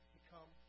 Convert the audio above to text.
become